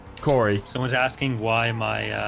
cory someone's asking why am i?